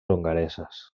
hongareses